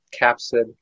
capsid